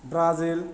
Brazil